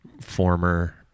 former